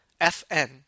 FN